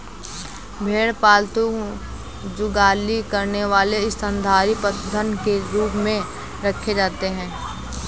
भेड़ पालतू जुगाली करने वाले स्तनधारी पशुधन के रूप में रखे जाते हैं